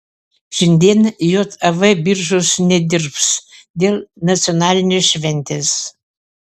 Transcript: šiandien jav biržos nedirbs dėl nacionalinės šventės